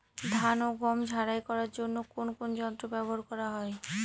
ধান ও গম ঝারাই করার জন্য কোন কোন যন্ত্র ব্যাবহার করা হয়?